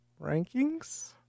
Rankings